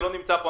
שלא נמצא פה,